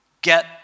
get